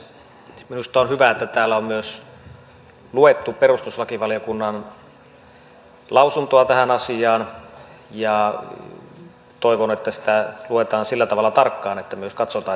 minusta on hyvä että täällä on luettu myös perustuslakivaliokunnan lausuntoa tähän asiaan ja toivon että sitä luetaan sillä tavalla tarkkaan että myös katsotaan mitä se sisältää